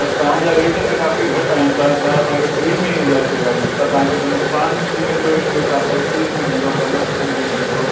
त तव्हांजां रेट त काफ़ी घटि आहिनि तव्हां छा असांखे फ्री में ई इहा शेवा ॾियो था तव्हांखे त नुक़सान थी वेंदो इन मे तव्हां पैटीस बि ॾींदो बन मखण बि ॾींदो